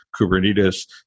Kubernetes